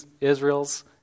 Israel's